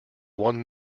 one